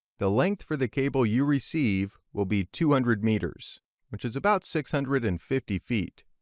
the length for the cable you receive will be two hundred meters which is about six hundred and fifty feet.